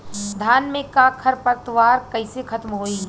धान में क खर पतवार कईसे खत्म होई?